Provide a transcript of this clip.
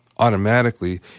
automatically